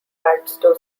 padstow